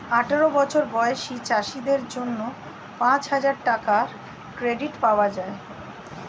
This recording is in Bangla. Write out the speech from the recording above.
আঠারো বছর বয়সী চাষীদের জন্য পাঁচহাজার টাকার ক্রেডিট পাওয়া যায়